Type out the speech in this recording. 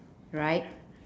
right